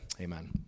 Amen